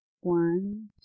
One